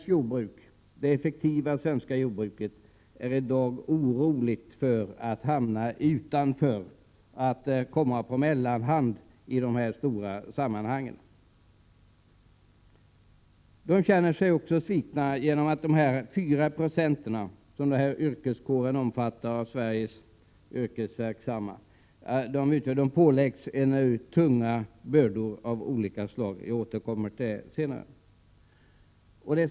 Det råder oro inom det effektiva svenska jordbruket för att hamna utanför eller sättas på mellanhand i de stora sammanhangen. De 4 90 av Sveriges yrkesverksamma som denna yrkeskår omfattar känner sig också svikna genom de tunga bördor av olika slag som de åläggs. Jag återkommer senare till detta.